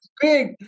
big